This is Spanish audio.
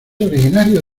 originario